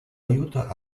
aiuta